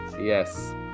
Yes